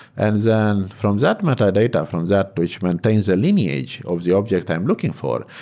and then from that metadata, from that which maintains a lineage of the object i'm looking for,